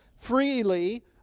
freely